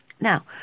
Now